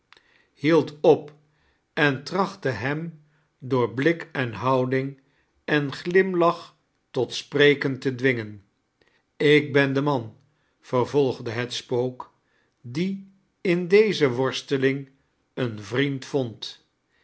hield op en trachtte hem door bliik en hoaiding en glimlach tot spreken te dwingen ik ben de man vervolgde het spook die in deze worsteling een vriend vond